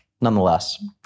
nonetheless